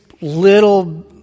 little